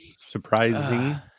surprising